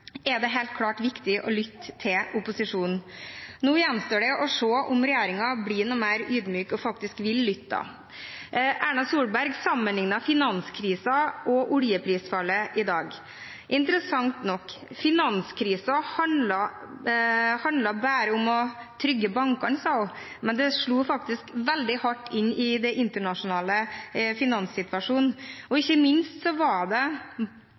er det helt klart viktig å lytte til opposisjonen. Nå gjenstår det å se om regjeringen blir noe mer ydmyk og faktisk vil lytte. Erna Solberg sammenlignet finanskrisen og oljeprisfallet i dag – interessant nok. Finanskrisen handlet bare om å trygge bankene, sa hun, men det slo faktisk veldig hardt inn i den internasjonale finanssituasjonen. Ikke minst var det